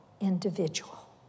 individual